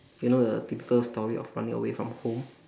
you know the typical story of running away from home